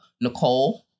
Nicole